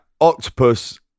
octopus